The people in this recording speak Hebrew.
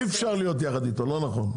אי-אפשר להיות יחד איתם, לא נכון.